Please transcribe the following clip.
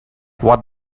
what